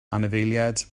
anifeiliaid